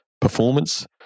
performance